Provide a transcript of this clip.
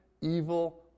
evil